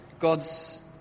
God's